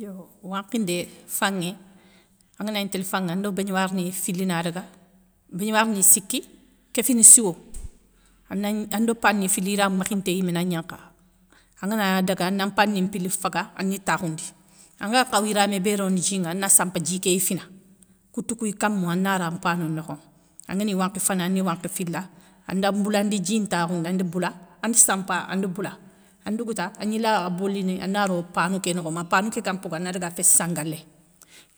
Yo wankhindé fanŋé anganagni télé fanŋé ando bégnouwara ni filina daga, bégnouwar ni siki kéfini siwo, anagn ando pane ni fili yira mékhinté yimé na gnankha angana daga ana mpane ni mpili faga ani takhoundi. anga nkhaw yiramé bé roni djiŋa ana sampa dji kéy fina, koutou kouy kamou ana ra mpanou nokho ŋa angani wakhi fana ani wankhi fila, anda mboulandi dji ntakhoundi andi boula andi sampa ande boula an dougouta an gnila a bolini anna ro panou ké nokho ma panou ké gan mpogou anna daga féssi sangalé.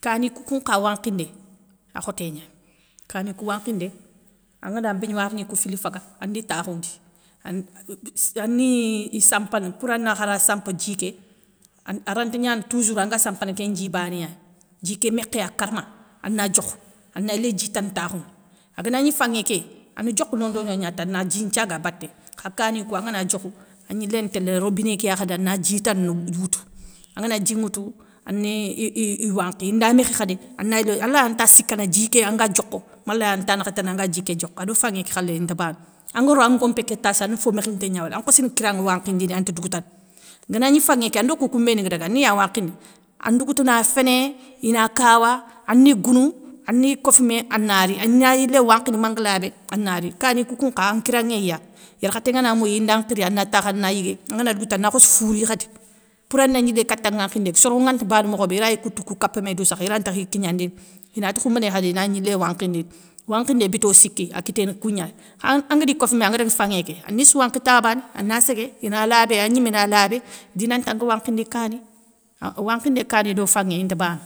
Kani koukou nkha wankhindé, akhoté gnani, kani kou wankhindé. angana bégnouwar ni kou fili faga andi takhoundi ani i sampal pouranga khara sampe dji ké, an aranti gnana toujour anga sampana kén ndji banéya, dji ké mékhéya karma ana diokhou, ana yilé dji tana takhoundini aganagni fanŋé ké an diokho nondono gna ta ana dji nthiaga baté kha kanikou angana diokhou, an gnilén télé robiné ké ya khadi ana dji tana woutou, angana dji nŋwoutou, ani i wankhi inda mékhi khadi alay a nta sikana djianga diokho malay a nta nakhatana dji ké anga diokho ado fanŋé ké khalé inta bana. Anga ro an nkompé tassou an fo mékhinté gna wala ankhossini kiraanŋa wakhindina anta dougoutana. Gana gni faanŋé ké ando koukou mbéni ga daga ani ya wankhini, andouguoutana féné, ina kawa, anni gounou, ani kofoumé ana ri ana yilé wankhini manga labé, ana ri. Kani koukounkha an kiraanŋéy ya, yarkhaté ngana moyi inda nkhiri ana takhou ana yigué angana dougoutana ana khossi fouri khadi, pourana gnilé katan wankhindé ké soro nganta bana mokhobé iray koutou kou kapoumé doussakha ira ntakhi kignandini, inati khoumbéné khadi ina gnilé wankhindini, wankhindé bito siki, a kiténé kougnay. Kha ang angadi kofoumé anga daga fanŋéké ani sou wankhi ta bané ana ségué, ina labé an gnimé na labé, dinanti anga wankhindi kani. An wankhindé kanido fanŋé inta bana.